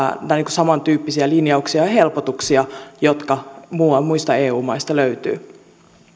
samantyyppisiä linjauksia ja helpotuksia joita muista muista eu maista löytyy